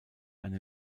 eine